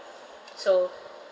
so